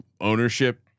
ownership